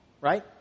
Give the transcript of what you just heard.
Right